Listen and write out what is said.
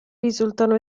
risultano